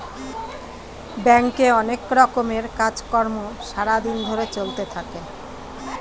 ব্যাংকে অনেক রকমের কাজ কর্ম সারা দিন ধরে চলতে থাকে